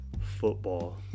football